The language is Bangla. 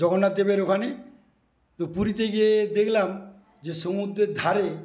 জগন্নাথদেবের ওখানে পুরীতে গিয়ে দেখলাম যে সমুদ্রের ধারে